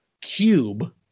cube